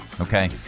okay